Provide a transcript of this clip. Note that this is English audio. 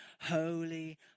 Holy